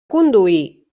conduir